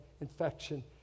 infection